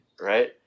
Right